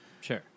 Sure